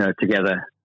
together